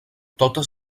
totes